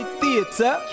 theater